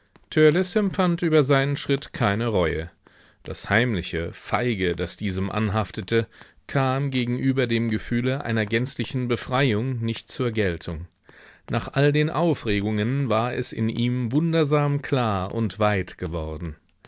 empfand über seinen schritt keine reue das heimliche feige das diesem anhaftete kam gegenüber dem gefühle einer gänzlichen befreiung nicht zur geltung nach all den aufregungen war es in ihm wundersam klar und weit geworden